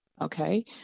okay